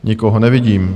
Nikoho nevidím.